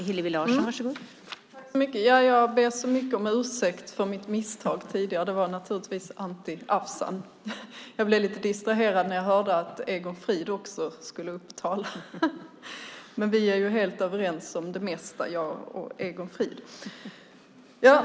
Fru talman! Jag ber så mycket om ursäkt för mitt misstag tidigare. Jag menade naturligtvis Anti Avsan. Jag blev lite distraherad när jag hörde att Egon Frid också skulle upp och tala. Men jag och Egon Frid är helt överens om det mesta.